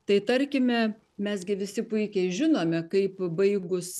tai tarkime mes gi visi puikiai žinome kaip baigus